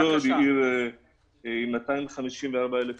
אשדוד היא עיר עם 254,000 תושבים.